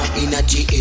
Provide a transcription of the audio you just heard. energy